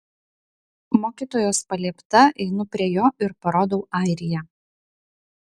mokytojos paliepta einu prie jo ir parodau airiją